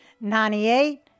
Ninety-eight